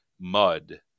mud